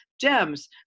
Gems